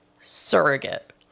surrogate